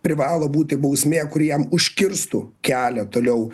privalo būti bausmė kuri jam užkirstų kelią toliau